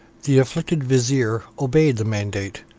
the afflicted vizier, obeyed the mandate,